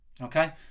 Okay